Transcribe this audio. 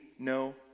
No